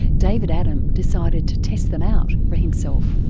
david adam decided to test them out for himself.